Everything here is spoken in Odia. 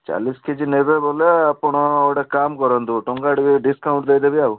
ଚାଲିଶ କେ ଜି ନେବେ ବୋଇଲେ ଆପଣ ଗୋଟେ କାମ୍ କରନ୍ତୁ ଟଙ୍କାଟେ ଡିସ୍କାଉଣ୍ଟ୍ ଦେଇ ଦେବି ଆଉ